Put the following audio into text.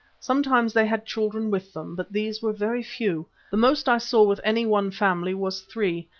sometimes they had children with them, but these were very few the most i saw with any one family was three,